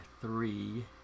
three